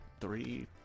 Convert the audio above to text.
three